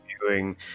viewing